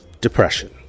Depression